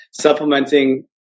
supplementing